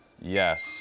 Yes